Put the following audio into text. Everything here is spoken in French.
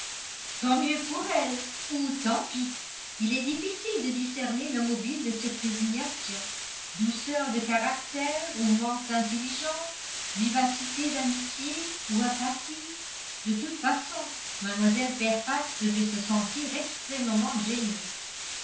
tant mieux pour elle ou tant pis il est difficile de discerner le mobile de cette résignation douceur de caractère ou manque d'intelligence vivacité d'amitié ou apathie de toute façon mlle fairfax devait se sentir extrêmement gênée